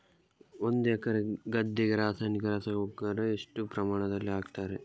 ಒಂದು ಎಕರೆ ಗದ್ದೆಗೆ ರಾಸಾಯನಿಕ ರಸಗೊಬ್ಬರ ಎಷ್ಟು ಪ್ರಮಾಣದಲ್ಲಿ ಹಾಕುತ್ತಾರೆ?